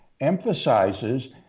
emphasizes